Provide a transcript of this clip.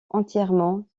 entièrement